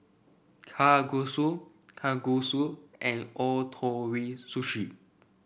Kalguksu Kalguksu and Ootoro Sushi